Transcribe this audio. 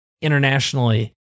internationally